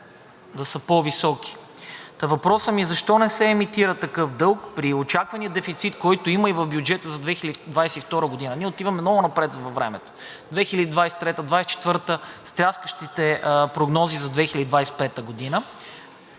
да са по-високи. Въпросът ми е: защо не се емитира такъв дълг при очаквания дефицит, който има и в бюджета за 2022 г.? Ние отиваме много напред във времето – 2023-а, 2024-а, стряскащите прогнози за 2025 г.